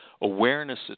Awareness